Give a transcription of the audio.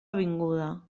avinguda